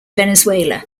venezuela